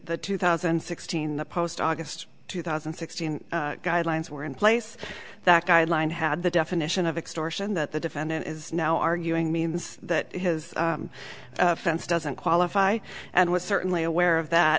two thousand and sixteen the post august two thousand and sixteen guidelines were in place that guideline had the definition of extortion that the defendant is now arguing means that his offense doesn't qualify and was certainly aware of that